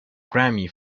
grammy